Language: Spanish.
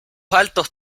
altos